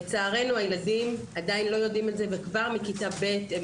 לצערנו הילדים עדיין לא יודעים את זה וכבר מכיתה ב' הם